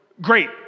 Great